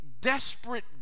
desperate